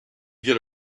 get